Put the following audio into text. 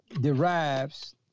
derives